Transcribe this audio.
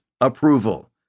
approval